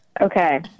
Okay